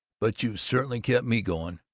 but you've certainly kept me going.